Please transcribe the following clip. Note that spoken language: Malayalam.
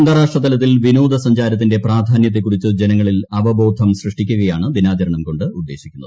അന്താരാഷ്ട്ര തലത്തിൽ വിനോദസഞ്ചാരത്തിന്റെ പ്രാധാന്യത്തെക്കുറിച്ച് ജനങ്ങളിൽ അവബോധം സൃഷ്ടിക്കുകയാണ് ദിനാചരണം കൊണ്ട് ഉദ്ദേശിക്കുന്നത്